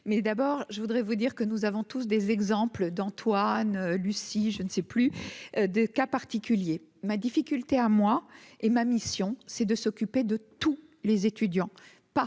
mais d'abord je voudrais vous dire que nous avons tous des exemples d'Antoine Lucie je ne sais plus de cas particuliers ma difficulté à moi et ma mission, c'est de s'occuper de tous les étudiants,